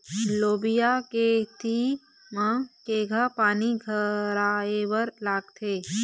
लोबिया के खेती म केघा पानी धराएबर लागथे?